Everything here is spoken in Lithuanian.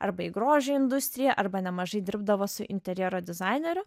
arba į grožio industriją arba nemažai dirbdavo su interjero dizaineriu